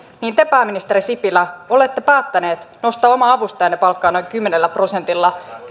pääministeri sipilä olette päättänyt nostaa oman avustajanne palkkaa noin kymmenellä prosentilla